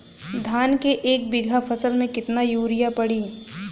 धान के एक बिघा फसल मे कितना यूरिया पड़ी?